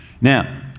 Now